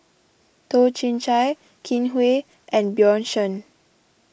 Toh Chin Chye Kin Chui and Bjorn Shen